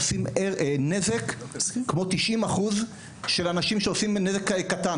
עושים נזק כמו 90% של אנשים שעושים נזק קטן.